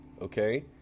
okay